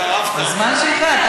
הזמן שלך.